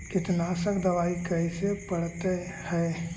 कीटनाशक दबाइ कैसे पड़तै है?